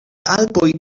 alpoj